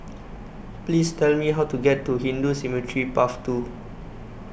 Please Tell Me How to get to Hindu Cemetery Path two